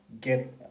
get